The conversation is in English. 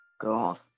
God